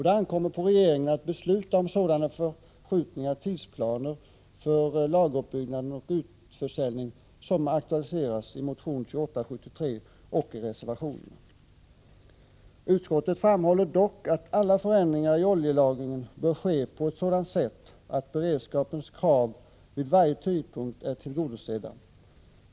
Det ankommer på regeringen att besluta om sådana förskjutningar i tidsplaner för lageruppbyggnad och utförsäljning som aktualiseras i motion 2873 och i reservationen. Utskottet framhåller dock att alla förändringar i oljelagringen bör ske på ett sådant sätt att beredskapens krav vid varje tidpunkt är tillgodosedda.